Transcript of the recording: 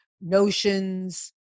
notions